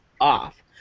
off